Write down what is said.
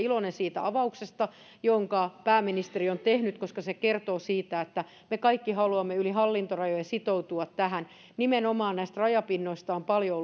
iloinen siitä avauksesta jonka pääministeri on tehnyt koska se kertoo siitä että me kaikki haluamme yli hallintorajojen sitoutua tähän nimenomaan näistä rajapinnoista on paljon